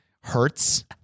hurts